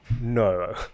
no